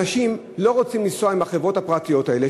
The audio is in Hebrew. אנשים לא רוצים לנסוע עם החברות הפרטיות האלה,